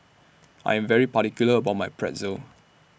I Am very particular about My Pretzel